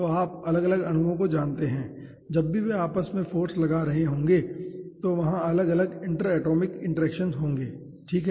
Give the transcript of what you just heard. तो आप अलग अलग अणुओं को जानते हैं जब भी वे आपस में फ़ोर्स लगा रहे होंगे तो वहां अलग अलग इंटर एटॉमिक इंटरेक्शन्स होंगे ठीक है